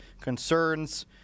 concerns